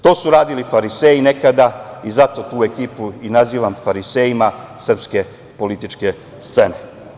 To su radili Fariseji, nekada i zato tu ekipu i nazivam farisejima srpske političke scene.